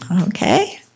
Okay